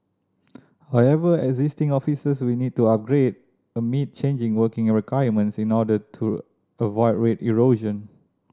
however existing offices will need to upgrade to meet changing working requirements in order to avoid rate erosion